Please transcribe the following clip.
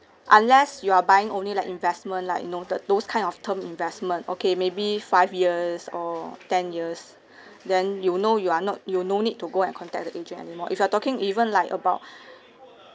unless you are buying only like investment like you know the those kind of term investment okay maybe five years or ten years then you'll know you are not you no need to go and contact the agent anymore if you're talking even like about